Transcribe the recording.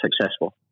successful